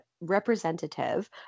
representative